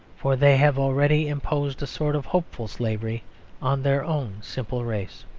for they have already imposed a sort of hopeful slavery on their own simple race.